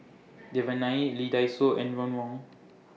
Devan Nair Lee Dai Soh and Ron Wong